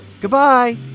Goodbye